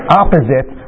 opposite